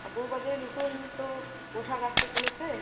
বউবাজারে নতুন তো পোশাক আসতে চলেছে